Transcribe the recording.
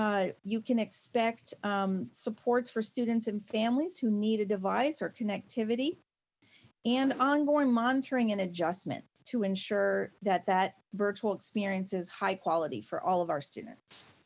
you can expect supports for students and families who need a device or connectivity and ongoing monitoring and adjustment to ensure that that virtual experience is high quality for all of our students.